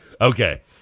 Okay